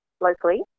locally